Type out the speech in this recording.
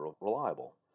reliable